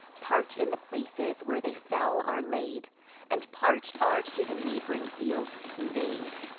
part in the places where they fell are laid and part are to the neighb'ring fields convey'd.